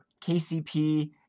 KCP